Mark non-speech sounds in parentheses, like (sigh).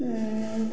(unintelligible)